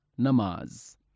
namaz